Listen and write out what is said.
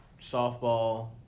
softball